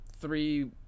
three